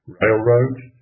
railroads